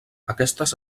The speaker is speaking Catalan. aquestes